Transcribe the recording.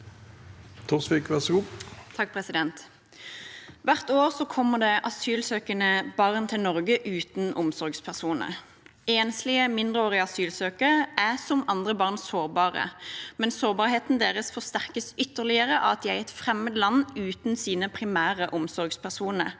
Hvert år kommer det asylsøkende barn til Norge uten omsorgspersoner. Enslige mindreårige asylsøkere er, som andre barn, sårbare, men sårbarheten deres forsterkes ytterligere av at de er i et fremmed land og uten sine primære omsorgspersoner.